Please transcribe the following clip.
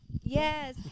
yes